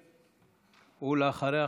ואחריה,